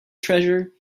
treasure